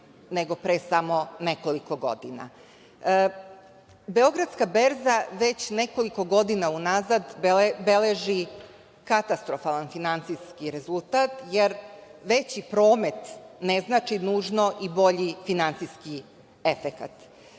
nego pre samo nekoliko godina. Beogradska berza već nekoliko godina unazad beleži katastrofalan finansijski rezultat jer veći promet ne znači nužno i bolji finansijski efekat.